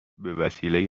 بهوسیله